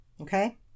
Okay